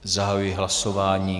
Zahajuji hlasování.